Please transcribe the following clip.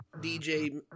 DJ